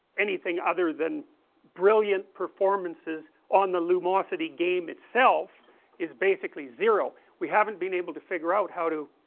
anything other than brilliant performances on the lumosity game itself is basically zero. we haven't been able to figure out how to,